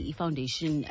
foundation